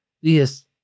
yes